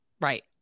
Right